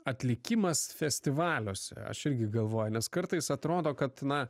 atlikimas festivaliuose aš irgi galvoju nes kartais atrodo kad na